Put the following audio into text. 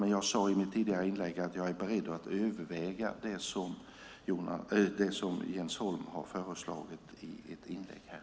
Men jag sade i mitt tidigare inlägg att jag är beredd att överväga det som Jens Holm har föreslagit i ett inlägg här.